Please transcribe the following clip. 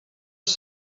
els